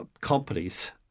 companies